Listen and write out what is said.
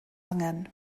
angen